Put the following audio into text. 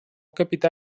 capità